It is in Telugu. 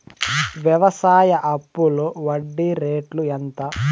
వ్యవసాయ అప్పులో వడ్డీ రేట్లు ఎంత?